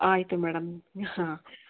ಆಯಿತು ಮೇಡಮ್ ಹಾಂ